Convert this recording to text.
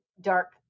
dark